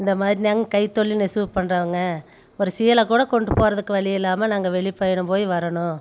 இந்த மாதிரி நாங்கள் கைத்தொழில் நெசவு பண்ணுறவங்க ஒரு சீலை கூட கொண்டு போறதுக்கு வழி இல்லாமல் நாங்கள் வெளிப்பயணம் போய் வரணும்